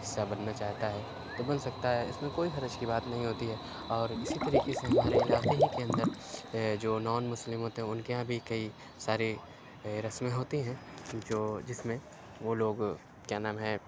حصہ بننا چاہتا ہے تو بن سکتا ہے اس میں کوئی حرج کی بات نہیں ہوتی ہے اور اسی طریقے سے ہمارے علاقے ہی کے اندر جو نان مسلم ہوتے ہیں ان کے یہاں بھی کئی ساری رسمیں ہوتی ہیں جو جس میں وہ لوگ کیا نام ہے